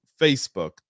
Facebook